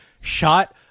shot